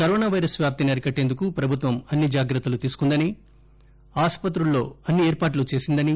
corona virus వ్యాప్తిని అరికట్టేందుకు ప్రభుత్వం అన్ని జాగ్రత్తలు తీసుకుందని ఆసుపత్రుల్లో అన్ని ఏర్పాట్లు చేసిందని